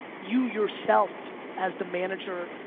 you yourself as the manager,